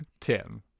Tim